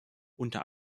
unter